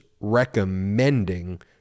recommending